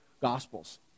Gospels